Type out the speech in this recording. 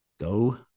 go